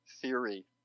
theory